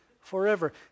forever